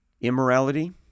immorality